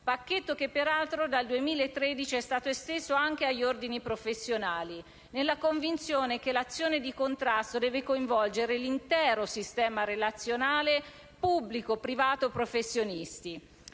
pacchetto che peraltro dal 2013 è stato esteso anche agli ordini professionali, nella convinzione che l'azione di contrasto deve coinvolgere l'intero sistema relazionale pubblico-privato-professionisti.